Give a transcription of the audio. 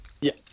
Yes